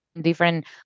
different